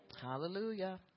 Hallelujah